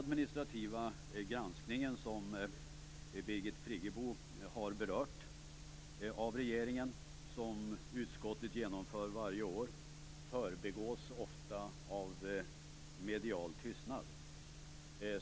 Birgit Friggebo har berört och som utskottet genomför varje år föregås ofta av medial tystnad.